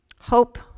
Hope